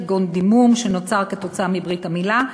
כגון דימום שנוצר כתוצאה מברית המילה,